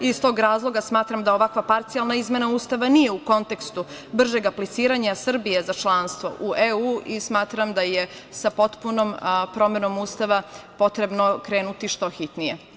Iz tog razloga smatram da ovakva parcijalna izmena Ustava nije u kontekstu bržeg apliciranja Srbije za članstvo u EU i smatram da je sa potpunom promenom Ustava potrebno krenuti što hitnije.